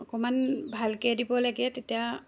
অকণমান ভালকৈ দিব লাগে তেতিয়া